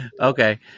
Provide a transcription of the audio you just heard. Okay